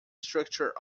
structure